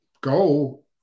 go